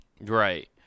right